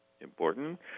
Important